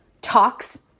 talks